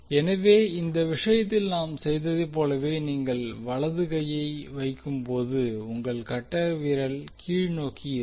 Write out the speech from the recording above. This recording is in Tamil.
எனவே இந்த விஷயத்தில் நாம் செய்ததைப் போலவே நீங்கள் வலது கையை வைக்கும்போது உங்கள் கட்டைவிரல் கீழ்நோக்கி இருக்கும்